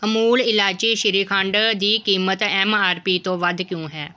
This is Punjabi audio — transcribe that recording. ਅਮੂਲ ਇਲਾਇਚੀ ਸ਼੍ਰੀਖੰਡ ਦੀ ਕੀਮਤ ਐਮ ਆਰ ਪੀ ਤੋਂ ਵੱਧ ਕਿਉਂ ਹੈ